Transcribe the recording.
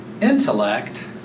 Intellect